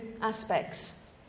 aspects